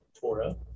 torah